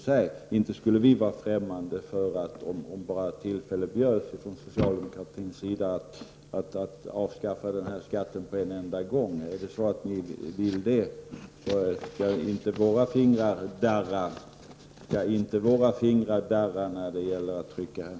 Vi skulle inte vara främmande för att, om socialdemokraterna gav tillfälle till det, omedelbart avskaffa denna skatt. Vill ni göra det, skall våra fingrar inte darra när vi trycker på voteringsknappen.